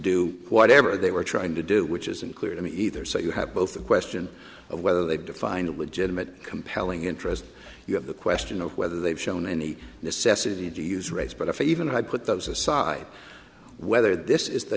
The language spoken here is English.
do whatever they were trying to do which is unclear to me either so you have both the question of whether they define a legitimate compelling interest you have the question of whether they've shown any necessity to use race but if even if i put those aside whether this is the